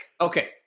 Okay